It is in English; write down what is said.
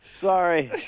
Sorry